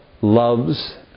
loves